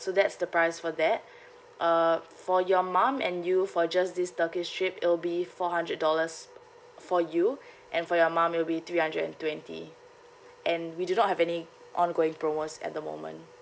so that's the price for that uh for your mom and you for just this turkish trip it'll be four hundred dollars for you and for your mom it'll be three hundred and twenty and we do not have any ongoing promos at the moment